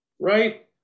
right